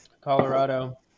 Colorado